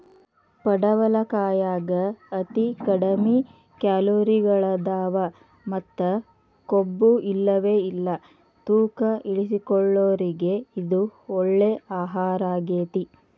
ಪಡವಲಕಾಯಾಗ ಅತಿ ಕಡಿಮಿ ಕ್ಯಾಲೋರಿಗಳದಾವ ಮತ್ತ ಕೊಬ್ಬುಇಲ್ಲವೇ ಇಲ್ಲ ತೂಕ ಇಳಿಸಿಕೊಳ್ಳೋರಿಗೆ ಇದು ಒಳ್ಳೆ ಆಹಾರಗೇತಿ